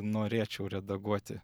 norėčiau redaguoti